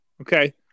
Okay